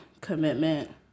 commitment